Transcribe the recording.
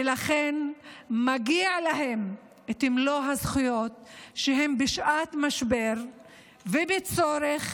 ולכן מגיעות להם מלוא הזכויות כשהם בשעת משבר ובעת צורך